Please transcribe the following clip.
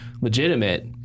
legitimate